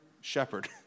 shepherd